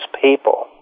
people